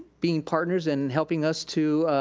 being partners and helping us to